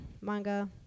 manga